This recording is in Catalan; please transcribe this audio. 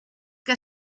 que